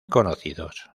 conocidos